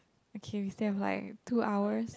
okay we still have like two hours